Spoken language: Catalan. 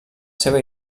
seva